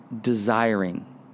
Desiring